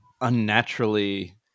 unnaturally